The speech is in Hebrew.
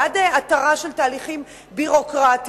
בעד התרה של תהליכים ביורוקרטים,